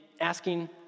asking